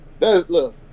look